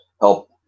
help